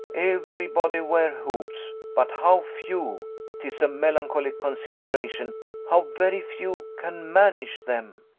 every body wears hoops, but how few tis a melancholy consideration how very few can manage them!